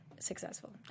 successful